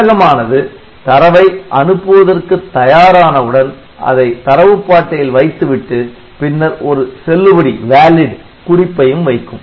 செயலகம் ஆனது தரவை அனுப்புவதற்கு தயாரானவுடன் அதை தரவுப் பாட்டையில் வைத்துவிட்டு பின்னர் ஒரு செல்லுபடி குறிப்பையும் வைக்கும்